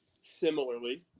similarly